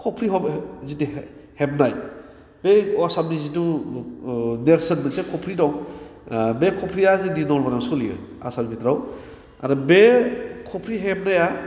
कफ्रि हमो जिहेथु हेबनाय बे असामनि जिथु नेरसोन मोनसे कफ्रि दं बे कफ्रिया जोंनि नलबारियाव सोलियो आसामनि बिथोराव आरो बे कफ्रि हेबनाया